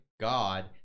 god